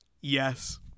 Yes